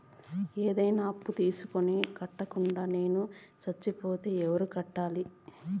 ఏదైనా అప్పు తీసుకొని కట్టకుండా నేను సచ్చిపోతే ఎవరు కట్టాలి?